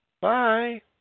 Bye